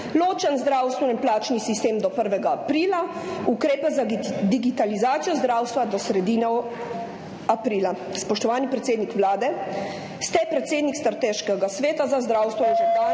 ločen zdravstveni plačni sistem do 1. aprila, ukrepe za digitalizacijo zdravstva do sredine aprila. Spoštovani predsednik Vlade, ste predsednik Strateškega sveta za zdravstvo in